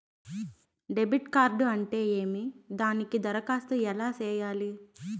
debit card అంటే ఏమి దానికి దరఖాస్తు ఎలా సేయాలి